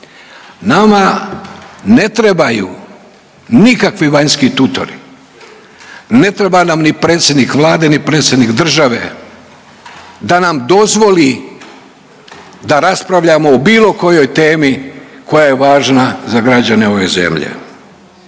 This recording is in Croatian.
Nama ne trebaju nikakvi vanjski tutori, ne treba nam ni predsjednik Vlade, ni predsjednik države da nam dozvoli da raspravljamo o bilo kojoj temi koja je važna za građane ove zemlje.